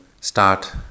start